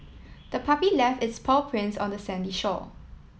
the puppy left its paw prints on the sandy shore